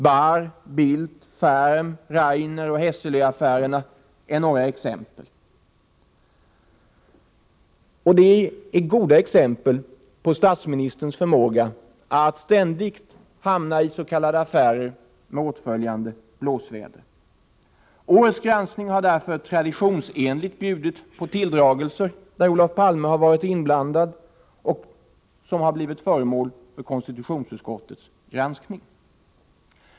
Bahr-, Bildt-, Ferm-, Rainer-och Hesselöaffärerna är några goda exempel på statsministerns förmåga att ständigt hamna i s.k. affärer med åtföljande blåsväder. Årets granskning har traditionsenligt bjudit på tilldragelser där Olof Palme har varit inblandad och som blivit föremål för konstitutionsutskottets granskning.